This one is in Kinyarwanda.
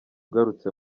ugarutse